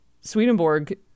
Swedenborg